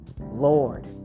Lord